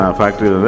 factory